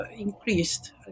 increased